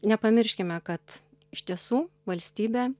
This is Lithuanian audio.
nepamirškime kad iš tiesų valstybė